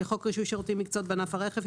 לחוק רישוי שירותים ומקצועות בענף הרכב,